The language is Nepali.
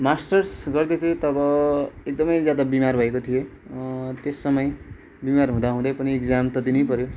मास्टर्स गर्दै थिएँ तब एकदमै ज्यादा बिमार भएको थिएँ त्यस समय बिमार हुँदाहुँदै पनि एक्जाम त दिनैपऱ्यो